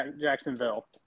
Jacksonville